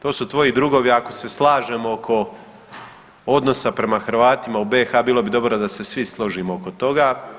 To su tvoji drugovi ako se slažemo oko odnosa prema Hrvatima u BiH bilo bi dobro da se svi složimo oko toga.